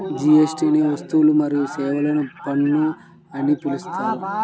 జీఎస్టీని వస్తువులు మరియు సేవల పన్ను అని పిలుస్తారు